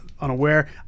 unaware